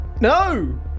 No